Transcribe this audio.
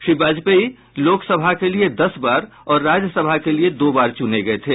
श्री वाजपेयी लोकसभा के लिए दस बार और राज्यसभा के लिए दो बार चुने गए थे